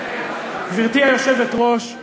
גברתי היושבת-ראש,